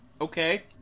Okay